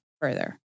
further